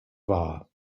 war